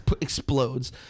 explodes